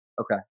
Okay